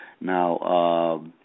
now